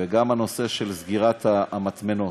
וגם הנושא של סגירת המטמנות.